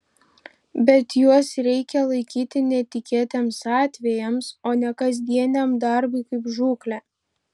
bet juos reikia laikyti netikėtiems atvejams o ne kasdieniam darbui kaip žūklė